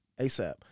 ASAP